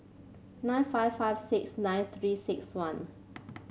nine five five six nine Three six one